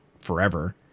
forever